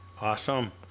Awesome